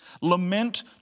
Lament